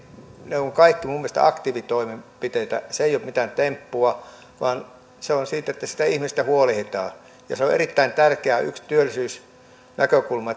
ovat kaikki mielestäni aktiivitoimenpiteitä se ei ole mitään temppua vaan se on sitä että siitä ihmisestä huolehditaan se on erittäin tärkeä yksi työllisyysnäkökulma